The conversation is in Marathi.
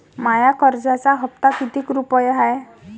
माया कर्जाचा हप्ता कितीक रुपये हाय?